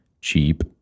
cheap